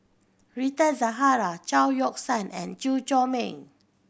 Rita Zahara Chao Yoke San and Chew Chor Meng